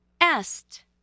est